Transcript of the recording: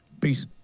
Peace